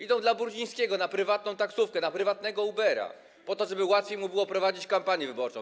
Idą dla Brudzińskiego na prywatną taksówkę, na prywatnego Ubera, żeby łatwiej mu było prowadzić kampanię wyborczą.